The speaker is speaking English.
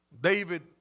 David